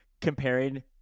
comparing